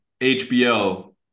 HBO